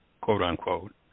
quote-unquote